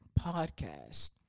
podcast